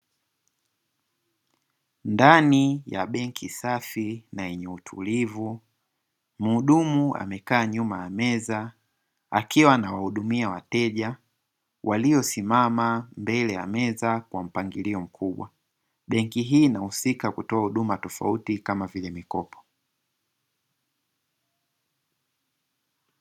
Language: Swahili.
Ndani ya benki safi na yenye utulivu, mhudumu amekaa nyuma ya meza akiwa anawahudumia wateja waliosimama mbele ya meza kwa mpangilio mkubwa. Benki hii inahusika kutoa huduma tofauti kama vile mikopo.